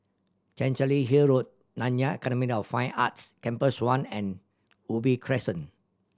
Chancery Hill Road Nanyang Academy of Fine Arts Campus One and Ubi Crescent